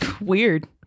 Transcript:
Weird